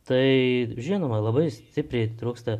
tai žinoma labai stipriai trūksta